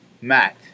Matt